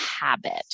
habit